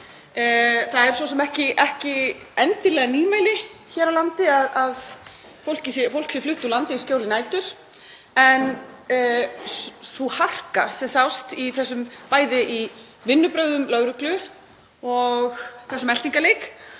Það er svo sem ekki endilega nýmæli hér að fólk sé flutt úr landi í skjóli nætur en sú harka sem sást í vinnubrögðum lögreglu og þessum eltingarleik